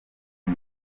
nya